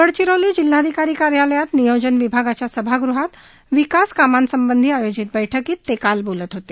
गडचिरोली जिल्हाधिकारी कार्यालयात नियोजन विभागाच्या सभागृहात विकास कामासंबंधी आयोजित बैठकीत ते काल बोलत होते